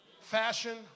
fashion